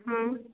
हुँ